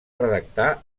redactar